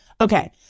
Okay